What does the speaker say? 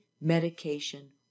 medication